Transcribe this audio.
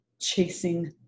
chasing